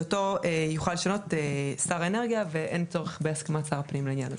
שאותו יוכל לשנות שר האנרגיה ואין צורך בהסכמת שר הפנים לעניין הזה.